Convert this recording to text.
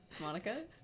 Monica